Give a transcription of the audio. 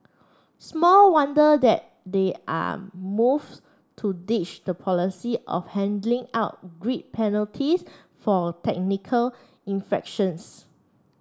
small wonder that there are moves to ditch the policy of handing out grid penalties for technical infractions